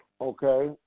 Okay